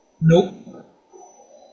Nope